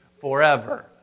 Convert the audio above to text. forever